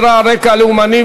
בעד, אין מתנגדים, אין נמנעים.